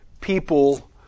people